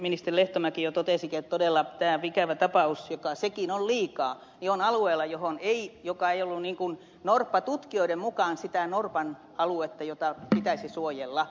ministeri lehtomäki jo totesikin että todella tämä ikävä tapaus joka sekin on liikaa on alueella joka ei ollut norppatutkijoiden mukaan sitä norpan aluetta jota pitäisi suojella